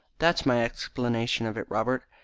that's my explanation of it, robert.